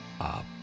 up